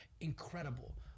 incredible